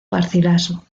garcilaso